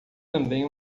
também